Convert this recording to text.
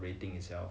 rating itself